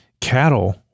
cattle